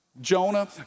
Jonah